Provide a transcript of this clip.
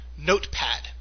Notepad